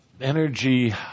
energy